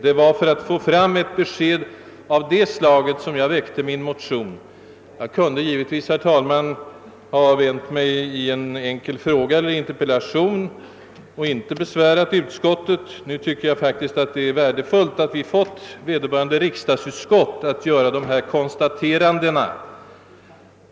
Det var för att få fram ett besked av detta slag som jag väckte min motion. Jag kunde givetvis, herr talman, ha framfört mitt ärende i en enkel fråga eller en interpellation utan att ha besvärat utskottet. Jag tycker emellertid faktiskt att det var värdefullt att få dessa konstateranden från vederbörande riksdagsutskott.